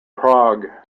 prague